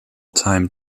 time